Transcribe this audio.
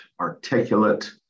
articulate